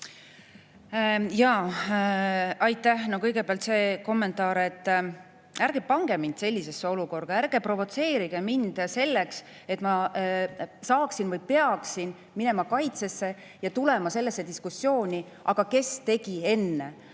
Jaa, aitäh! Kõigepealt see kommentaar. Ärge pange mind sellisesse olukorda, ärge provotseerige mind selleks, et ma peaksin [hakkama] kaitsma ja tulema sellesse diskussiooni: aga kes tegi enne?